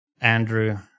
Andrew